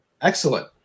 Excellent